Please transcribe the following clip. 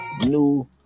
new